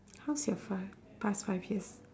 how's your five past five years